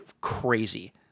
crazy